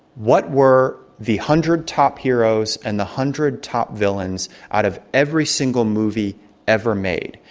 what were the hundred top heroes and the hundred top villains out of every single movie ever made?